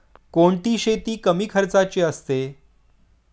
कोणती शेती कमी खर्चाची असते?